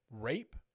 rape